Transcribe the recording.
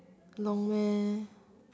long meh